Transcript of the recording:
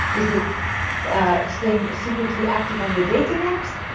is it ah staying secretly active on your dating apps?